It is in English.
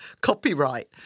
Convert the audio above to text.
copyright